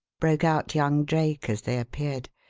broke out young drake as they appeared.